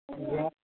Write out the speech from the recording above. या